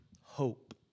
hope